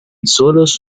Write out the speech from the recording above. solos